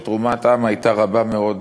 שתרומתם הייתה רבה מאוד,